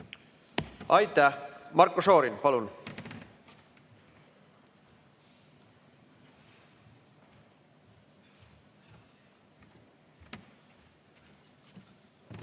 Aitäh! Marko Šorin, palun!